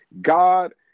God